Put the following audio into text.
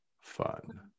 fun